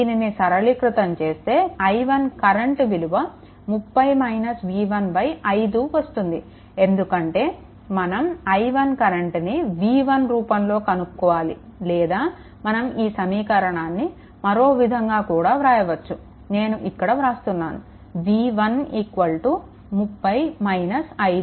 దీనిని సరళీకృతం చేస్తే i1 కరెంట్ విలువ 30 v15 వస్తుంది ఎందుకంటే మనం i1 కరెంట్ని v1 రూపంలో కనుక్కోవాలి లేదా మనం ఈ సమీకరణాన్ని మరో విధంగా కూడా వ్రాయవచ్చు నేను ఇక్కడ వ్రాస్తున్నాను v1 30 5 i1